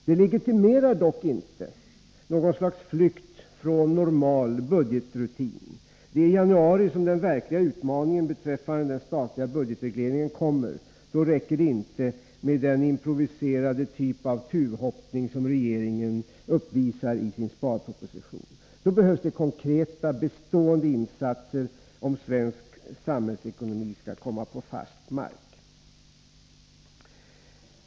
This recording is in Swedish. Det legitimerar dock inte något slags flykt från normala budgetrutiner. Det är i januari som den verkliga utmaningen beträffande den statliga budgetregleringen kommer. Då räcker det inte med den improviserade typ av tuvhoppning som regeringen uppvisar i sin sparproposition. Då behövs det konkreta, bestående insatser, om den svenska samhällsekonomin skall komma på fast mark.